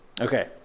Okay